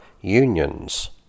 unions